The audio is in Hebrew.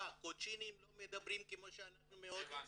קוצ'ינים לא מדברים כמו שאנחנו מהודו, מבומביי,